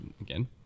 Again